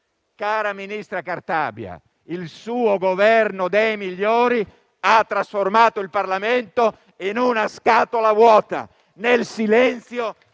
Cara Ministra Cartabia, il suo Governo dei migliori ha trasformato il Parlamento in una scatola vuota, nel silenzio